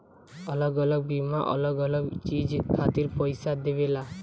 अलग अलग बीमा अलग अलग चीज खातिर पईसा देवेला